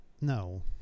No